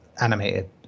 animated